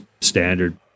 standard